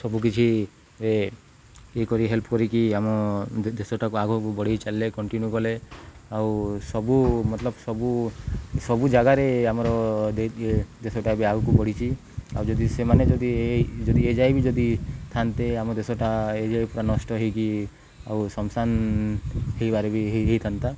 ସବୁ କିିଛିରେ ଇଏ କରି ହେଲ୍ପ କରିକି ଆମ ଦେଶଟାକୁ ଆଗକୁ ବଢ଼େଇ ଚାଲିଲେ କଣ୍ଟିନ୍ୟୁ କଲେ ଆଉ ସବୁ ମତଲବ ସବୁ ସବୁ ଜାଗାରେ ଆମର ଦେଶଟା ବି ଆଗକୁ ବଢ଼ିଛି ଆଉ ଯଦି ସେମାନେ ଯଦି ଏ ଯଦି ଏ ଯାଇଏ ବି ଯଦି ଥାନ୍ତେ ଆମ ଦେଶଟା ଏ ଯାଇ ପୁରା ନଷ୍ଟ ହେଇକି ଆଉ ଶ୍ମାଶନ ହେଇବାରେ ବି ହେଇ ହେଇଥାନ୍ତା